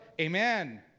Amen